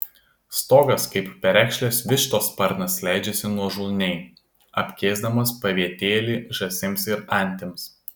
stogas kaip perekšlės vištos sparnas leidžiasi nuožulniai apkėsdamas pavietėlį žąsims ir antims